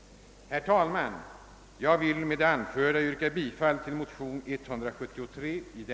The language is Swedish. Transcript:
Herr talman! Jag vill med det anförda yrka bifall till motion II: 173.